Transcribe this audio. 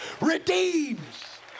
redeems